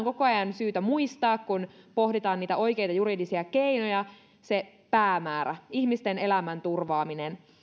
koko ajan syytä muistaa kun pohditaan niitä oikeita juridisia keinoja se päämäärä ihmisten elämän turvaaminen